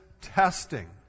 testing